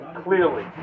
clearly